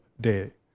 day